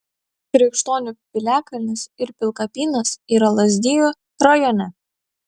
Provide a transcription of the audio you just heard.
krikštonių piliakalnis ir pilkapynas yra lazdijų rajone